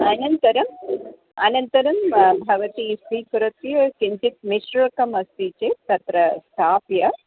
अनन्तरम् अनन्तरं भवती स्वीकृत्य किञ्चित् मिश्रकमस्ति चेत् तत्र संस्थाप्य